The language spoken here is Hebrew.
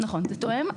נכון, זה תואם.